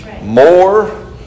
More